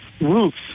roofs